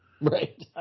right